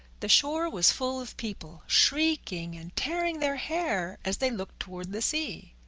the shore was full of people, shrieking and tearing their hair as they looked toward the sea.